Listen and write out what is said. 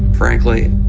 frankly,